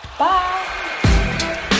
Bye